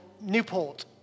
Newport